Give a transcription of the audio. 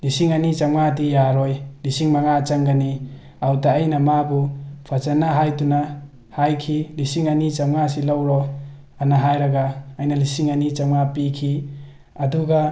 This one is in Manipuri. ꯂꯤꯁꯤꯡ ꯑꯅꯤ ꯆꯥꯝꯃꯉꯥꯗꯤ ꯌꯥꯔꯣꯏ ꯂꯤꯁꯤꯡ ꯃꯉꯥ ꯆꯪꯒꯅꯤ ꯑꯗꯨꯗ ꯑꯩꯅ ꯃꯥꯕꯨ ꯐꯖꯅ ꯍꯥꯏꯗꯨꯅ ꯍꯥꯏꯈꯤ ꯂꯤꯁꯤꯡ ꯑꯅꯤ ꯆꯥꯝꯃꯉꯥꯁꯤ ꯂꯧꯔꯣ ꯍꯥꯏꯅ ꯍꯥꯏꯔꯒ ꯑꯩꯅ ꯂꯤꯁꯤꯡ ꯑꯅꯤ ꯆꯥꯝꯃꯉꯥ ꯄꯤꯈꯤ ꯑꯗꯨꯒ